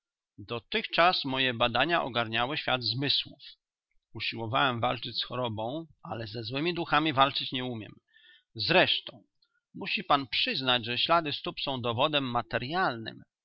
dotychczas moje badania ogarniały świat zmysłów usiłowałem walczyć z chorobą ale ze złymi duchami walczyć nie umiem zresztą musisz pan przyznać że ślady stóp są dowodem materyalnym